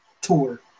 tour